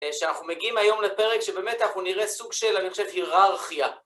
שאנחנו מגיעים היום לפרק שבאמת אנחנו נראה סוג של, אני חושב, היררכיה.